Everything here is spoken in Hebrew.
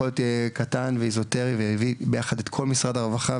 להיות קטן ואזוטרי והביא ביחד את כל משרד הרווחה,